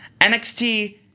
NXT